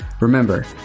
Remember